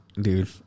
dude